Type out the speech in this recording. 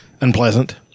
unpleasant